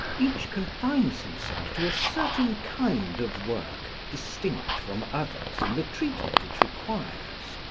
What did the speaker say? each confines himself to a certain kind of work distinct from others in the treatment it requires,